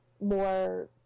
more